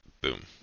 boom